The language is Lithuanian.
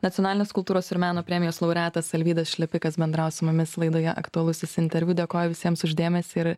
nacionalinės kultūros ir meno premijos laureatas alvydas šlepikas bendravo su mumis laidoje aktualusis interviu dėkoju visiems už dėmesį ir